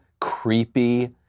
creepy